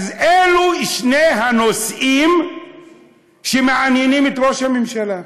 אז אלו שני הנושאים שמעניינים את ראש הממשלה: